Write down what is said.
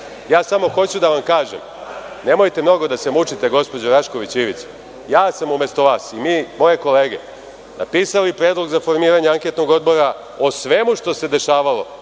samo hoću da vam kažem – nemojte puno da se mučite gospođo Rašković-Ivić. Ja sam umesto vas i moje kolege napisali predlog za formiranje anketnog odbora o svemu što se dešavalo